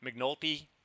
McNulty